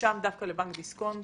לבנק דיסקונט